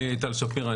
אני טל שפירא,